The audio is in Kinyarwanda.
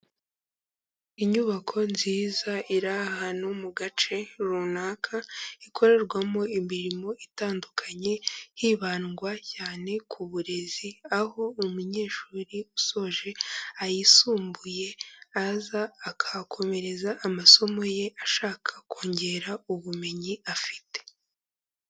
Inyubako nziza iri ahantu mu gace runaka, ikorerwamo imirimo itandukanye, hibandwa cyane ku burezi, aho umunyeshuri usoje ayisumbuye aza akakomereza amasomo ye, ashaka kongera ubumenyi afite.